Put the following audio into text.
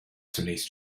zunächst